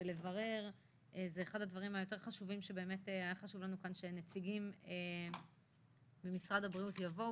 היה חשוב לנו שנציגים ממשרד הבריאות יבואו